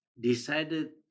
decided